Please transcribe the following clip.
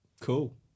Cool